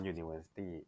University